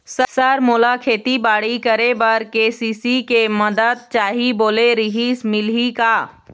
Sir मोला खेतीबाड़ी करेबर के.सी.सी के मंदत चाही बोले रीहिस मिलही का?